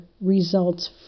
results